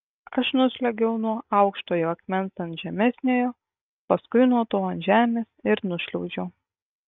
aš nusliuogiau nuo aukštojo akmens ant žemesniojo paskui nuo to ant žemės ir nušliaužiau